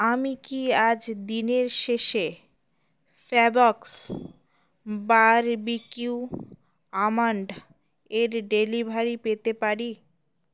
আমি কি আজ দিনের শেষে ফেভক্স বারবিকিউ আমন্ড এর ডেলিভারি পেতে পারি